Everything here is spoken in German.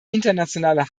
internationale